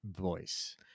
voice